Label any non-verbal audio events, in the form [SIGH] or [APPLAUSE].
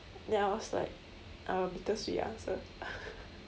then I was like uh bittersweet ah sir [LAUGHS]